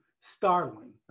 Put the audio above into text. startling